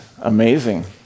amazing